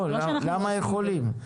למה יכולים?